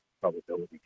probability